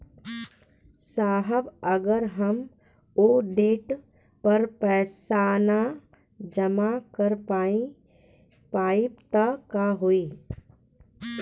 साहब अगर हम ओ देट पर पैसाना जमा कर पाइब त का होइ?